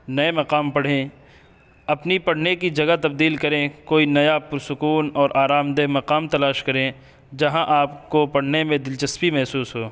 نئے مقام پڑھیں اپنی پڑھنے کی جگہ تبدیل کریں کوئی نیا پرسکون اور آرام دہ مقام تلاش کریں جہاں آپ کو پڑھنے میں دلچسپی محسوس ہو